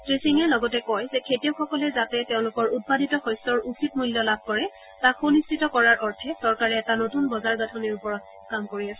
শ্ৰীসিঙে লগতে কয় যে খেতিয়কসকলে যাতে তেওঁলোকৰ উৎপাদিত শস্যৰ উচিত মূল্য লাভ কৰে তাক সুনিশ্চিত কৰাৰ অৰ্থে চৰকাৰে এটা নতুন বজাৰ গাঁথনিৰ ওপৰত কাম কৰি আছে